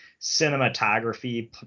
cinematography